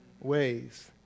ways